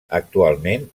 actualment